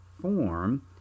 form